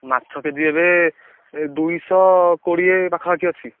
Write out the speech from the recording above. ମାଛ K G ଏବେ ଏ ଦୁଇଶହ କୋଡ଼ିଏ ପାଖାପାଖି ଅଛି